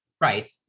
Right